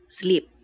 sleep